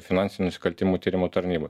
finansinių nusikaltimų tyrimų tarnybai